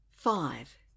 Five